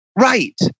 Right